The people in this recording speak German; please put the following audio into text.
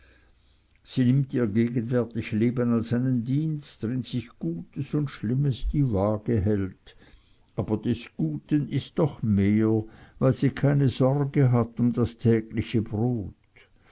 sie nimmt ihr gegenwärtig leben als einen dienst drin sich gutes und schlimmes die waage hält aber des guten ist doch mehr weil sie keine sorge hat um das tägliche brot